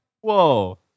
Whoa